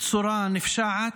בצורה נפשעת,